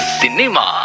cinema